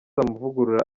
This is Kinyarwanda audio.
amavugurura